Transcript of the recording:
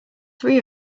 three